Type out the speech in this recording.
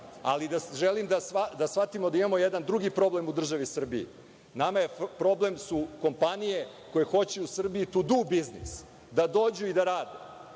Ali, želim da shvatimo da imamo jedan drugi problem u državi Srbiji. Nama su problem kompanije koje hoće u Srbiji to do biznis, da dođu i da rade.